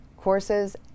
courses